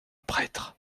prêtre